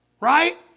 Right